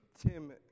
Tim